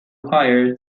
hire